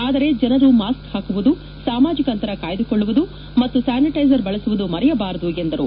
ಆದರೆ ಜನರು ಮಾಸ್ಕ್ ಪಾಕುವುದು ಸಾಮಾಜಿಕ ಅಂತರ ಕಾಯ್ದುಕೊಳ್ಳುವುದು ಮತ್ತು ಸ್ಕಾನಿಟೈಜರ್ ಬಳಸುವುದು ಮರೆಯಬಾರದು ಎಂದರು